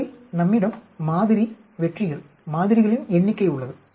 அதில் நம்மிடம் மாதிரி வெற்றிகள் மாதிரிகளின் எண்ணிக்கை உள்ளது